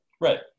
right